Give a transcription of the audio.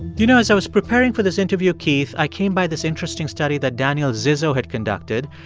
you know, as i was preparing for this interview, keith, i came by this interesting study that daniel zizzo had conducted.